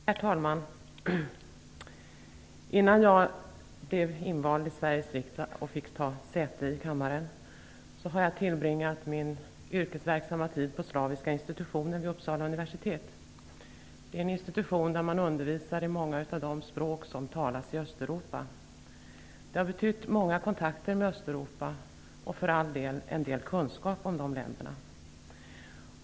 Herr talman! Innan jag blev invald i Sveriges riksdag och fick ta säte i kammaren tillbringade jag min yrkesverksamma tid på slaviska institutionen vid Uppsala universitet. Det är en institution där man undervisar i många av de språk som talas i Östeuropa. Det har betytt många kontakter med Östeuropa och en del kunskap om de länderna.